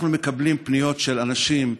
אנחנו מקבלים פניות של אנשים,